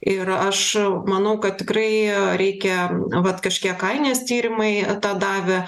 ir aš manau kad tikrai reikia vat kažkiek ainės tyrimai tą davė